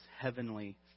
heavenly